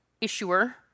issuer